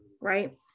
Right